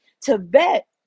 Tibet